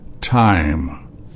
time